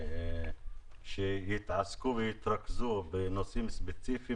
שיתעסקו ויתרכזו בנושאים ספציפיים,